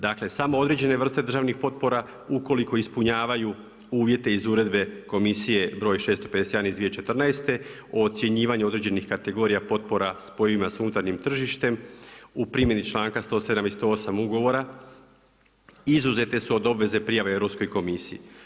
Dakle, samo određene vrste državnih potpora ukoliko ispunjavaju uvjete iz Uredbe Komisije broj 651. iz 2014. o ocjenjivanju određenih kategorija potpora spojiva sa unutarnjim tržištem u primjeni članka 107. i 108. ugovora izuzete su od obveze prijave Europskoj komisiji.